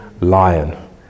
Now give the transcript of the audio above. lion